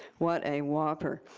what a whopper.